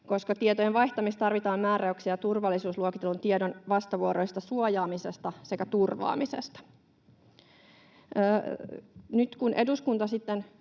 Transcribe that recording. koska tietojen vaihtamisessa tarvitaan määräyksiä turvallisuusluokitellun tiedon vastavuoroisesta suojaamisesta sekä turvaamisesta. Nyt eduskunnan sitten